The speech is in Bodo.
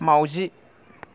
माउजि